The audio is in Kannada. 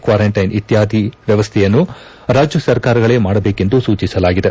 ಕ್ವಾರಂಟೈನ್ ಇತ್ಕಾದಿ ವ್ಯವಸ್ಥೆಯನ್ನು ರಾಜ್ಯ ಸರ್ಕಾರಗಳೇ ಮಾಡಬೇಕೆಂದು ಸೂಚಿಸಲಾಗಿದೆ